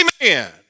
Amen